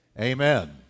Amen